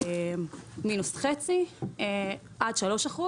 מינוס חצי עד 3%,